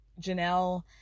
Janelle